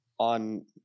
On